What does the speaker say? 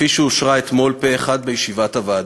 שאושרה אתמול פה-אחד בישיבת הוועדה.